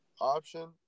option